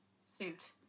suit